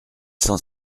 cent